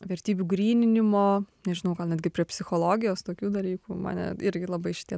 vertybių gryninimo nežinau gal netgi prie psichologijos tokių dalykų mane irgi labai šitie